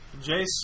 Jace